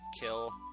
kill